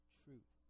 truth